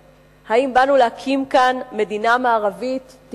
האם באנו להקים כאן מדינה מערבית טיפוסית?